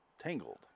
Tangled